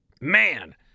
man